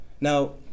Now